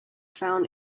found